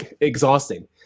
exhausting